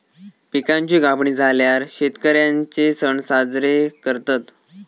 पिकांची कापणी झाल्यार शेतकर्यांचे सण साजरे करतत